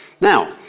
now